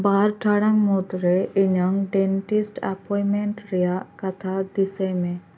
ᱵᱟᱨ ᱴᱟᱲᱟᱝ ᱢᱩᱫᱽᱨᱮ ᱤᱧᱟᱹᱝ ᱰᱮᱱᱴᱤᱥᱴ ᱮᱯᱚᱭᱢᱮᱱᱴ ᱨᱮᱭᱟᱜ ᱠᱟᱛᱷᱟ ᱫᱤᱥᱟᱹᱭ ᱢᱮ